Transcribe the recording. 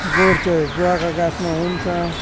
गुँड चाहिँ गुवाका गाछमा हुन्छ